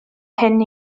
hyn